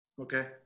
Okay